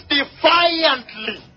defiantly